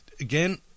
again